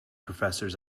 professor’s